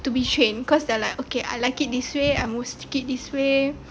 to be trained because they're like okay I like it this way I most feed this way